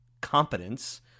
competence